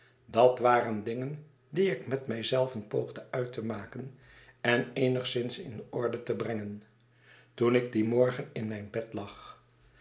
dat waren dingen die ik met mij zelven poogde uit te maken en eenigszins in orde te brengen toen ik dien morgen in mijn bed lag